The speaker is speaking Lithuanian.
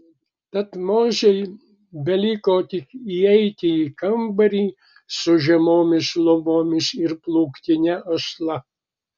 tad mozei beliko tik įeiti į kambarį su žemomis lubomis ir plūktine asla